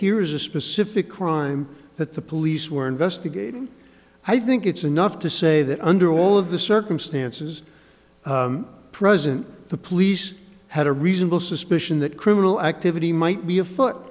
here is a specific crime that the police were investigating i think it's enough to say that under all of the circumstances present the police had a reasonable suspicion that criminal activity might be afoot